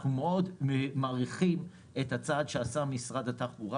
אנחנו מאוד מעריכים את הצעד שעשה משרד התחבורה